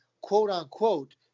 quote-unquote